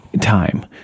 time